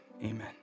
amen